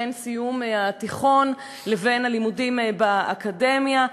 בין סיום התיכון לבין הלימודים באקדמיה,